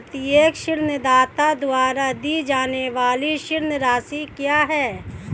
प्रत्येक ऋणदाता द्वारा दी जाने वाली ऋण राशि क्या है?